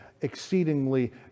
exceedingly